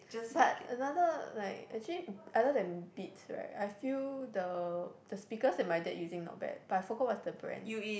but another like actually other than beats right I feel the the speakers that my dad using not bad but I forgot what's the brand